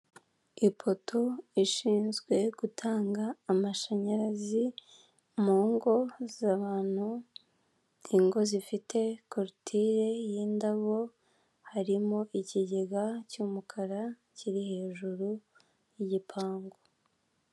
Ipoto ishinzwe gutanga amashanyarazi mu ngo z'abantu, ingo zifite korutire y'indabo harimo ikigega cy'umukara kiri hejuru y'igipangu.